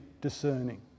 discerning